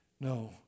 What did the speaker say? No